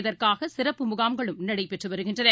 இதற்கானசிறப்பு முகாம்களும் நடைபெற்றுவருகின்றன